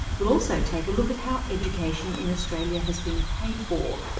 we'll also take a look at how education in australia has been paid for.